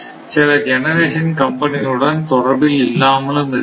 சில ஜெனரேஷன் கம்பெனிகளுடன் தொடர்பில் இல்லாமலும் இருக்கலாம்